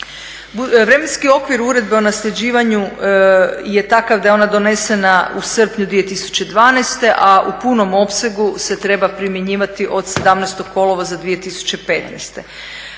Vremenski okvir Uredbe o nasljeđivanju je takav da je ona donesena u srpnju 2012. a u punom opsegu se treba primjenjivati od 17. kolovoza 2015.